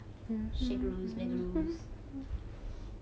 she grew mad rules